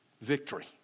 victory